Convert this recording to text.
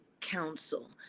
Council